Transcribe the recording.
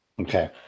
Okay